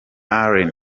allen